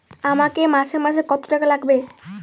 আমাকে মাসে মাসে কত টাকা লাগবে?